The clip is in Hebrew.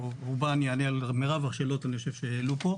שברובה אני אענה על מרב השאלות שאני חושב שהעלו פה.